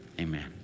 Amen